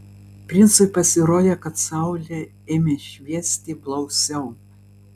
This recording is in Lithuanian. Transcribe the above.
princui pasirodė kad saulė ėmė šviesti blausiau